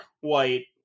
White